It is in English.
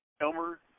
Elmer